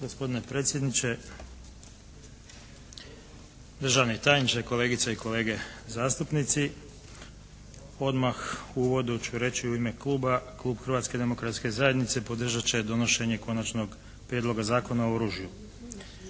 Gospodine predsjedniče, državni tajniče, kolegice i kolege zastupnici. Odmah u uvodu ću reći u ime kluba, klub Hrvatske demokratske zajednice podržat će donošenje Konačnog prijedloga Zakona o oružju.